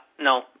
no